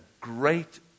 great